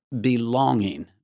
belonging